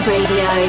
Radio